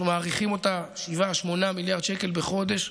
אנחנו מעריכים אותה ב-7 8 מיליארד שקל בחודש.